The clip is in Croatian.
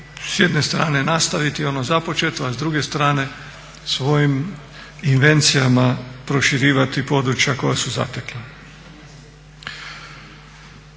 s jedne strane nastaviti ono započeto a s druge strane svojim invencijama proširivati područja koja su zatekla.